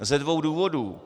Ze dvou důvodů.